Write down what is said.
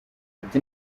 ati